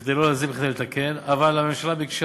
כדי לא להזיק אלא כדי לתקן, אבל הממשלה ביקשה